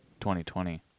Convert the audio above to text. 2020